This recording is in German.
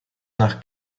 nach